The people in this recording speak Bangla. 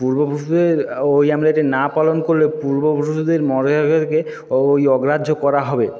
পূর্বপুরুষদের ওই আমরা না পালন করলে পূর্বপুরুষদের ওই অগ্রাহ্য করা হবে